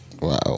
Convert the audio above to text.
Wow